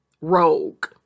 rogue